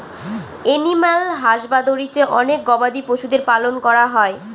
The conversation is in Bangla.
এনিম্যাল হাসবাদরীতে অনেক গবাদি পশুদের পালন করা হয়